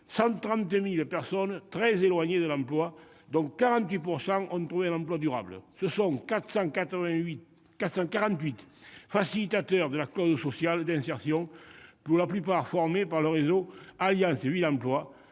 130 000 personnes très éloignées de l'emploi, dont 48 % ont trouvé un emploi durable ; ce sont 448 facilitateurs de la clause sociale d'insertion, pour la plupart formés par le réseau Alliance Villes